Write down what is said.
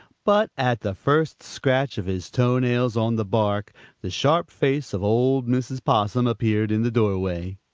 but at the first scratch of his toe-nails on the bark the sharp face of old mrs. possum appeared in the doorway.